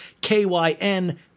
kyn